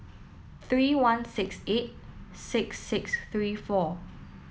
three one six eight six six three four